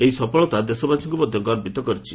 ଏହି ସଫଳତା ଦେଶବାସୀଙ୍କ ମଧ୍ୟ ଗର୍ବିତ କରିଛି